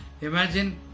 imagine